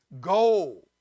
goal